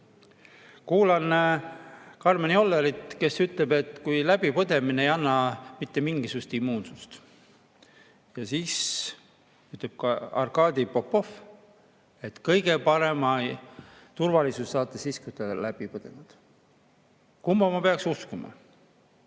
Kuulan Karmen Jollerit, kes ütleb, et läbipõdemine ei anna mitte mingisugust immuunsust. Ja siis ütleb Arkadi Popov, et kõige parema turvalisuse saate siis, kui olete läbi põdenud. Kumba ma peaksin uskuma?